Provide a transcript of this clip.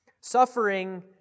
Suffering